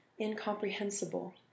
incomprehensible